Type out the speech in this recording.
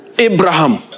Abraham